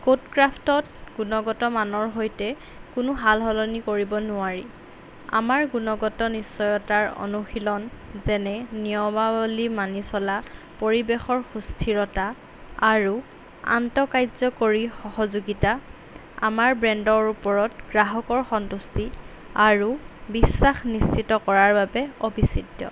কোডক্ৰাফ্টত গুণগত মানৰ সৈতে কোনো সালসলনি কৰিব নোৱাৰি আমাৰ গুণগত নিশ্চয়তাৰ অনুশীলন যেনে নিয়মাৱলী মানি চলা পৰিৱেশৰ সুস্থিৰতা আৰু আন্তঃ কাৰ্য্যকৰী সহযোগিতা আমাৰ ব্ৰেণ্ডৰ ওপৰত গ্ৰাহকৰ সন্তুষ্টি আৰু বিশ্বাস নিশ্চিত কৰাৰ বাবে অবিচ্ছেদ্য